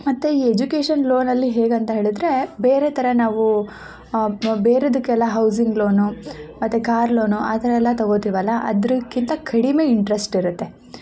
ಮತ್ತು ಈ ಎಜುಕೇಷನ್ ಲೋನಲ್ಲಿ ಹೇಗಂತ ಹೇಳಿದ್ರೆ ಬೇರೆ ಥರ ನಾವು ಬೇರೆದಕ್ಕೆಲ್ಲ ಹೌಸಿಂಗ್ ಲೋನು ಮತ್ತು ಕಾರ್ ಲೋನು ಆ ಥರ ಎಲ್ಲ ತಗೋತೀವಲ್ಲ ಅದಕ್ಕಿಂತ ಕಡಿಮೆ ಇಂಟ್ರಸ್ಟ್ ಇರುತ್ತೆ